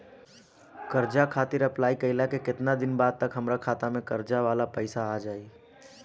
कर्जा खातिर अप्लाई कईला के केतना दिन बाद तक हमरा खाता मे कर्जा वाला पैसा आ जायी?